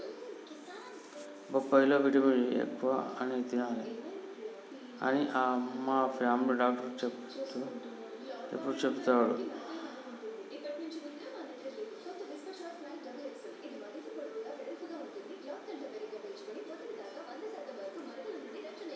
బొప్పాయి లో vitamin A ఎక్కువ అని తినాలే అని మా ఫామిలీ డాక్టర్ ఎప్పుడు చెపుతాడు